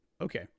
Okay